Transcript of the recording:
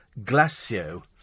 Glacio